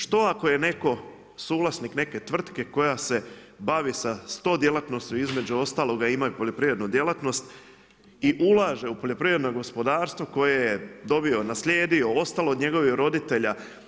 Što ako je netko suvlasnik neke tvrtke koja se bavi sa 100 djelatnosti, između ostaloga imaju poljoprivrednu djelatnost i ulaže u poljoprivredno gospodarstvo koje je dobio, naslijedio, ostalo od njegovih roditelja.